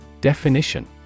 Definition